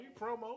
promo